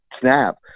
snap